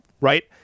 right